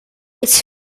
ets